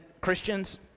Christians—